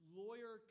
lawyer